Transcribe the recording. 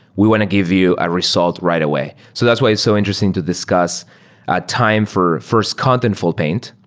we went to give you a results right away. so that's why it's so interesting to discuss a time for first contentful paint,